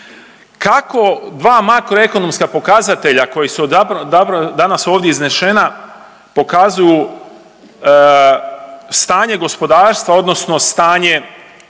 Kako dva makroekonomska pokazatelja koja su .../nerazumljivo/... danas ovdje iznešena pokazuju stanje gospodarstva odnosno stanje